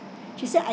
she said I